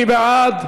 מי בעד?